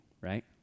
right